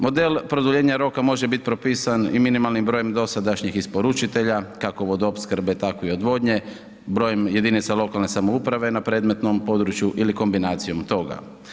Model produljenja roka može biti propisan i minimalnim brojem dosadašnjih isporučitelja kako vodoopskrbe, tako i odvodnje, brojem jedinica lokalne samouprave na predmetnom području ili kombinacijom toga.